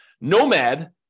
Nomad